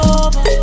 over